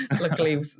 Luckily